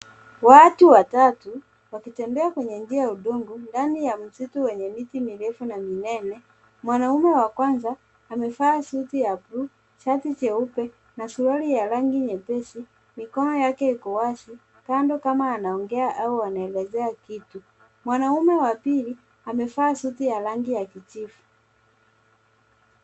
Watu watatu wakitembea kwenye njia ya udongo ndani ya msitu wenye miti mirefu na minene. Mwanaume wa kwanza amevaa suti ya buluu, shati jeupe na suruali ya rangi nyepesi. Mikono yake iko wazi kando kama anaongea au anaeleza kitu. Mwanaume wa pili ameva suti ya rangi ya kijivu.